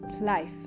life